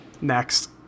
Next